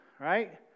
right